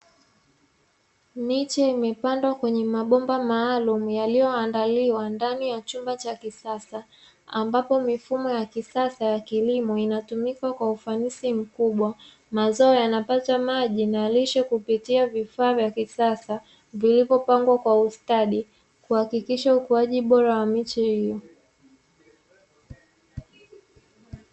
Miche imepandwa kwenye mabomba maalumu yaliyoandaliwa ndani ya chumba cha kisasa, ambapo mifumo ya kisasa ya kilimo inatumika kwa ufanisi mkubwa. Mazao yanapata maji na lishe kupitia vifaa vya kisasa vilivyopangwa kwa ustadi kuhakikisha ukuaji bora wa miche hiyo.